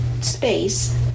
space